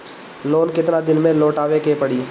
Loan केतना दिन में लौटावे के पड़ी?